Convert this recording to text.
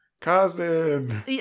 cousin